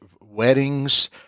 weddings